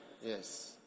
Yes